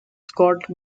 scott